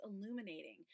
illuminating